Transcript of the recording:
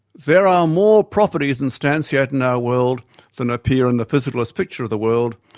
there are more properties instantiated in our world than appear in the physicalist picture of the world,